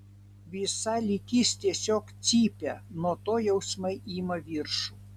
visa lytis tiesiog cypia nuo to jausmai ima viršų